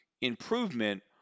improvement